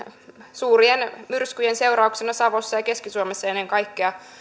suurien myrskyjen seurauksena ennen kaikkea savossa ja keski suomessa